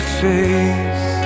face